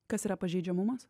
kas yra pažeidžiamumas